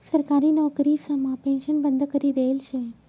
सरकारी नवकरीसमा पेन्शन बंद करी देयेल शे